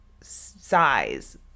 size